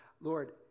Lord